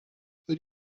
für